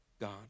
God